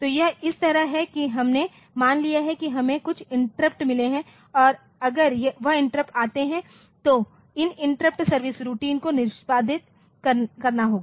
तो यह इस तरह है कि हमने मान लिया है कि हमें कुछ इंटरप्ट मिले है और अगर वह इंटरप्ट आते है तो इन इंटरप्ट सर्विस रूटीनो को निष्पादित करना होगा